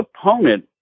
opponent